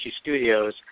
Studios